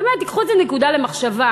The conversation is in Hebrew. באמת קחו את זה כנקודה למחשבה.